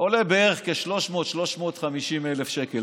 עולה בערך 350,000-300,000 שקל.